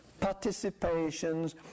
participations